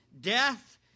death